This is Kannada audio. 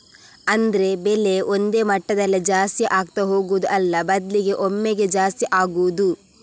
ಅಂದ್ರೆ ಬೆಲೆ ಒಂದೇ ಮಟ್ಟದಲ್ಲಿ ಜಾಸ್ತಿ ಆಗ್ತಾ ಹೋಗುದು ಅಲ್ಲ ಬದ್ಲಿಗೆ ಒಮ್ಮೆಗೇ ಜಾಸ್ತಿ ಆಗುದು